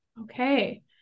Okay